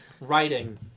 Writing